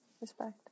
Respect